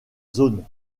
zone